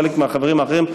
וחלק מהחברים האחרים,